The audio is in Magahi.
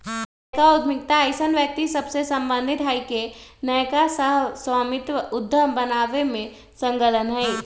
नयका उद्यमिता अइसन्न व्यक्ति सभसे सम्बंधित हइ के नयका सह स्वामित्व उद्यम बनाबे में संलग्न हइ